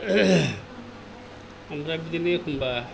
ओमफ्राय बिदिनो एखन्बा